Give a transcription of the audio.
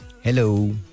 Hello